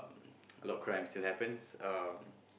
a lot crimes still happens um